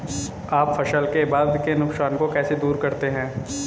आप फसल के बाद के नुकसान को कैसे दूर करते हैं?